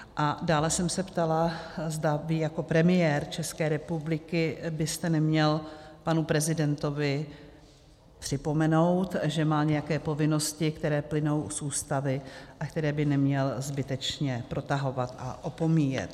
A dále jsem se ptala, zda vy jako premiér České republiky byste neměl panu prezidentovi připomenout, že má nějaké povinnosti, které plynou z Ústavy a které by neměl zbytečně protahovat a opomíjet.